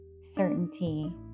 certainty